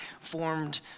formed